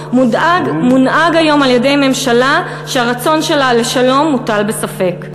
מונהג היום על-ידי ממשלה שהרצון שלה לשלום מוטל בספק.